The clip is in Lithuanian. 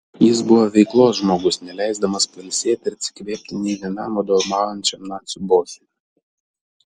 jis buvo veiklos žmogus neleisdamas pailsėti ir atsikvėpti nei vienam vadovaujančiam nacių bosui